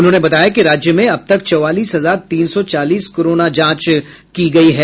उन्होंने बताया कि राज्य में अब तक चौवालीस हजार तीन सौ चालीस कोरोना जांच की गयी है